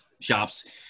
shops